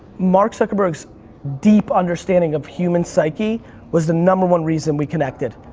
mark zuckerberg's deep understanding of human psyche was the number one reason we connected.